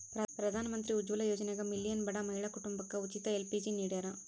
ಪ್ರಧಾನಮಂತ್ರಿ ಉಜ್ವಲ ಯೋಜನ್ಯಾಗ ಮಿಲಿಯನ್ ಬಡ ಮಹಿಳಾ ಕುಟುಂಬಕ ಉಚಿತ ಎಲ್.ಪಿ.ಜಿ ನಿಡ್ಯಾರ